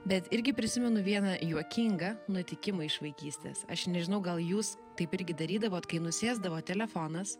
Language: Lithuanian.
bet irgi prisimenu vieną juokingą nutikimą iš vaikystės aš nežinau gal jūs taip irgi darydavot kai nusėsdavo telefonas